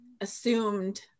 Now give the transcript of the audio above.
assumed